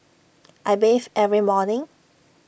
I bathe every morning